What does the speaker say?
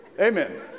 amen